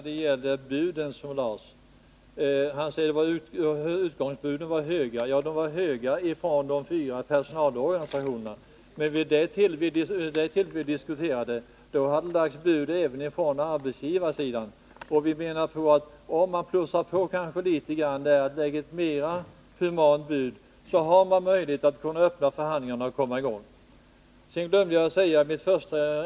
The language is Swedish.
Fru talman! Alf Wennerfors sade att utgångsbuden i förra årets avtalsrörelse var höga. Ja, de bud som de fyra personalorganisationerna lade var höga. Men vid den tidpunkt som vi diskuterade hade bud lagts även från arbetsgivarsidan. Och vi menar att om man från den sidan hade plussat på litet och lagt ett mera humant bud, var det möjligt att förhandlingarna hade kunnat komma i gång.